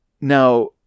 now